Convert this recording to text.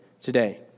today